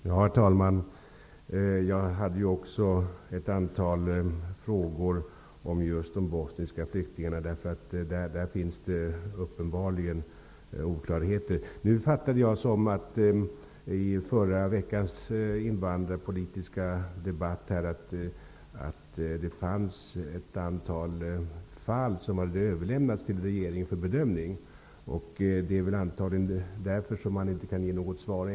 Herr talman! Jag hade också ett antal frågor om just de bosniska flyktingarna. I fråga om dem finns det uppenbarligen oklarheter. Såvitt jag förstod av förra veckans invandrarpolitiska debatt, fanns det ett antal fall som hade överlämnats till regeringen för bedömning. Det är väl antagligen därför som man ännu inte kan ge något svar.